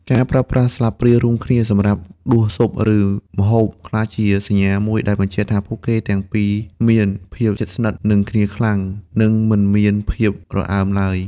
ការប្រើប្រាស់ស្លាបព្រារួមគ្នាសម្រាប់ដួសស៊ុប ឬម្ហូប ក្លាយជាសញ្ញាមួយដែលបញ្ជាក់ថាពួកគេទាំងពីរមានភាពជិតស្និទ្ធនឹងគ្នាខ្លាំង និងមិនមានភាពរអើមឡើយ។